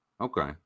Okay